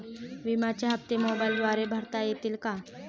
विम्याचे हप्ते मोबाइलद्वारे भरता येतील का?